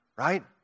Right